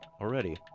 already